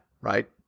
right